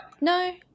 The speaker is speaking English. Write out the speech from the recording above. no